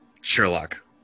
Sherlock